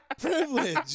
privilege